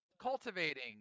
Cultivating